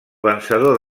vencedor